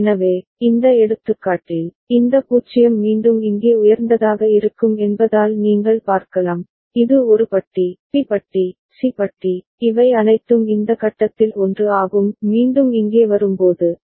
எனவே இந்த எடுத்துக்காட்டில் இந்த 0 மீண்டும் இங்கே உயர்ந்ததாக இருக்கும் என்பதால் நீங்கள் பார்க்கலாம் இது ஒரு பட்டி பி பட்டி சி பட்டி இவை அனைத்தும் இந்த கட்டத்தில் 1 ஆகும் மீண்டும் இங்கே வரும்போது Y C'